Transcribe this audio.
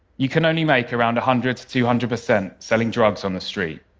you can only make around a hundred to two hundred percent selling drugs on the street.